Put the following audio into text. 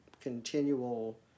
continual